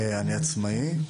אני עצמאי,